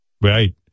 right